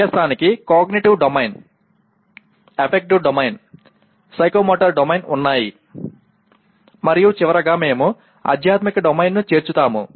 అభ్యాసానికి cognitive domain affective domain psychomotor domain ఉన్నాయి మరియు చివరిగా మేము ఆధ్యాత్మిక డొమైన్ను చేర్చుతాము